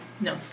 No